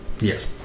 Yes